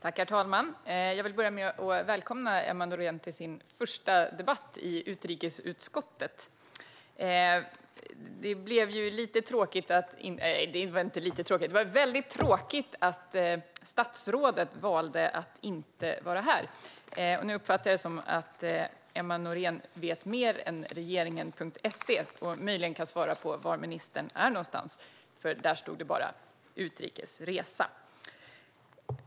Herr talman! Jag vill börja med att välkomna Emma Nohrén till sin första debatt i utrikesutskottet. Det var väldigt tråkigt att statsrådet valde att inte vara här. Nu uppfattar jag det som att Emma Nohrén vet mer än regeringen.se och möjligen kan svara på var ministern är någonstans, för där stod det bara "utrikes resa".